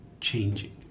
changing